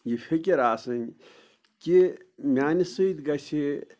یہِ فِکِر آسٕنۍ کہ میٛانہِ سۭتۍ گَژھِ